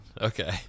okay